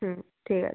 হুম ঠিক আছে